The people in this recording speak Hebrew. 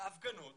בהפגנות